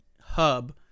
hub